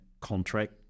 contract